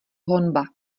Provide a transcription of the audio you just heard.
honba